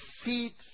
seeds